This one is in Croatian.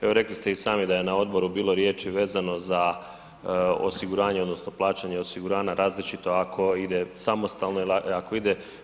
Evo rekli ste i sami da je na odboru bilo riječi vezano za osiguranje, odnosno plaćanje osigurana različito ako ide samostalno ili ako ide…